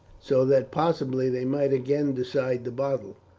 so that possibly they might again decide the battle.